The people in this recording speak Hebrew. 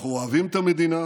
אנחנו אוהבים את המדינה,